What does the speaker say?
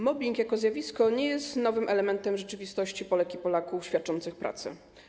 Mobbing jako zjawisko nie jest nowym elementem rzeczywistości Polek i Polaków świadczących pracę.